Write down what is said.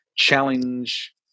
Challenge